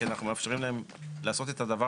כי אנחנו מאפשרים להם לעשות את הדבר